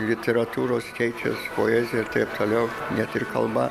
literatūros keičias poezija ir taip toliau net ir kalba